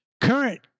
current